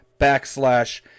backslash